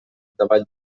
davall